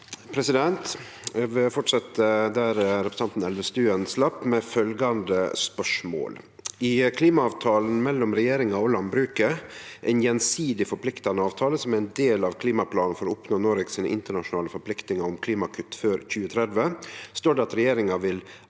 Eg vil fortsetje der representanten Elvestuen sleppte, med det følgjande spørsmålet: «I klimaavtalen mellom regjeringa og landbruket, ein gjensidig forpliktande avtale som er ein del av klimaplanen for å oppnå Noregs internasjonale forpliktingar om klimakutt før 2030, står det at regjeringa vil